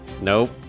Nope